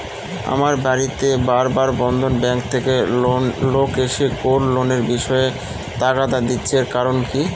আমার বাড়িতে বার বার বন্ধন ব্যাংক থেকে লোক এসে গোল্ড লোনের বিষয়ে তাগাদা দিচ্ছে এর কারণ কি?